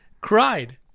cried